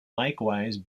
likewise